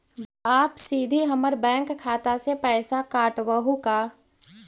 आप सीधे हमर बैंक खाता से पैसवा काटवहु का?